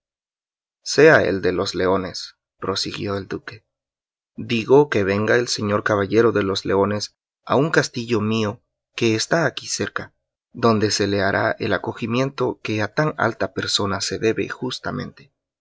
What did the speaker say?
sea el de los leones prosiguió el duque digo que venga el señor caballero de los leones a un castillo mío que está aquí cerca donde se le hará el acogimiento que a tan alta persona se debe justamente